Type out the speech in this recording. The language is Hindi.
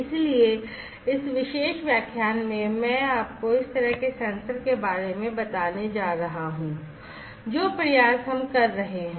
इसलिए इस विशेष व्याख्यान में मैं आपको इस तरह के सेंसर के बारें में बताने जा रहा हूं जो प्रयास हम कर रहे हैं